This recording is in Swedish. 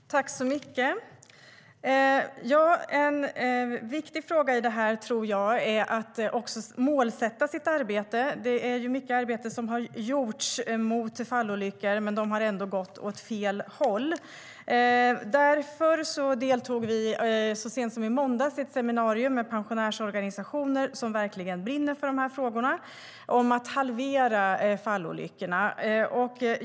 STYLEREF Kantrubrik \* MERGEFORMAT Svar på interpellationerHerr talman! En viktig fråga i detta är att målsätta sitt arbete. Det är mycket arbete som har gjorts mot fallolyckor, men de har ändå gått åt fel håll. Därför deltog vi så sent som i måndags i ett seminarium med pensionärsorganisationer, som verkligen brinner för frågorna, om att halvera fallolyckorna.